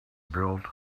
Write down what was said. built